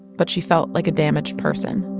but she felt like a damaged person.